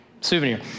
souvenir